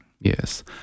Yes